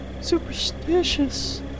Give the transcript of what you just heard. superstitious